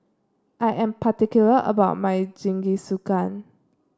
I am particular about my Jingisukan